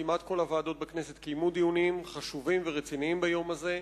כמעט כל הוועדות בכנסת קיימו דיונים חשובים ורציניים ביום הזה.